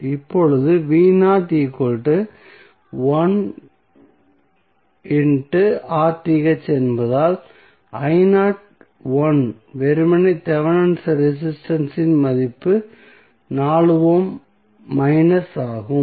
இப்போது என்பதால் வெறுமனே தெவெனின் ரெசிஸ்டன்ஸ் இன் மதிப்பு 4 ஓம் மைனஸ் ஆகும்